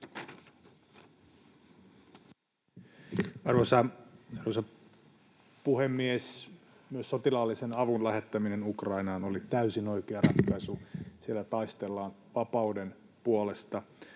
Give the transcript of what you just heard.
Arvoisa puhemies! Myös sotilaallisen avun lähettäminen Ukrainaan oli täysin oikea ratkaisu. Siellä taistellaan vapauden puolesta